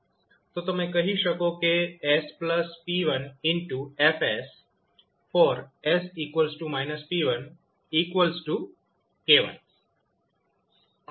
તો તમે કહી શકો કે 𝑠𝑝1𝐹𝑠|𝑠−𝑝1𝑘1